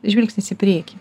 žvilgsnis į priekį